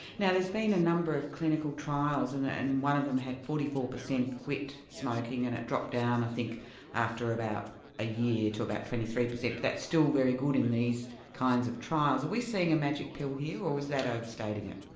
now there's been a number of clinical trials and and one of them had forty four percent quit smoking and it dropped down i think after about a year to about twenty three percent but that's still very good in these kinds of trials. are we seeing a magic pill here or is that overstating it?